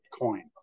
coin